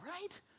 right